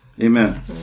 Amen